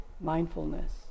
mindfulness